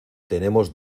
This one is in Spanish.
tenemos